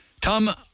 Tom